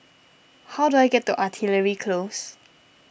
how do I get to Artillery Close